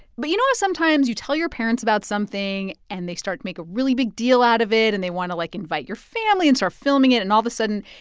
but you know how sometimes you tell your parents about something and they start to make a really big deal out of it? and they want to, like, invite your family and start filming it and all of a sudden,